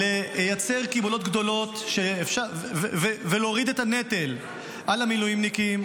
לייצר קיבולות גדולות ולהוריד את הנטל על המילואימניקים,